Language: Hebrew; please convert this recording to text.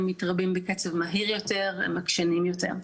הם מתרבים בקצב מהיר יותר והם עקשנים יותר.